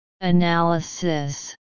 Analysis